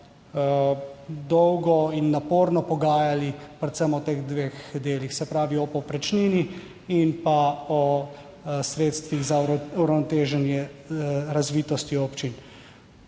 dolgo in naporno pogajali predvsem o teh dveh delih, se pravi o povprečnini in pa o sredstvih za uravnoteženje razvitosti občin.